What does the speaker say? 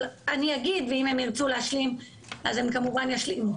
אבל אני אגיד ואם הם ירצו להשלים הם כמובן ישלימו.